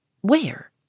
Where